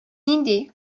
нинди